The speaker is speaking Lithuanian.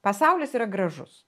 pasaulis yra gražus